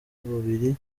babiri